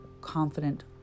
confident